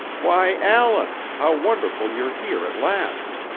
why, allan! how wonderful you're here at last!